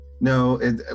No